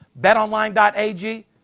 BetOnline.ag